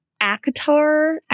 Akatar